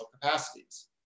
capacities